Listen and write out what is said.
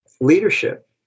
leadership